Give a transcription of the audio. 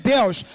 Deus